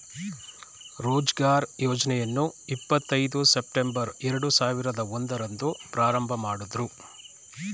ರೋಜ್ಗಾರ್ ಯೋಜ್ನ ಇಪ್ಪತ್ ಐದು ಸೆಪ್ಟಂಬರ್ ಎರಡು ಸಾವಿರದ ಒಂದು ರಂದು ಪ್ರಾರಂಭಮಾಡುದ್ರು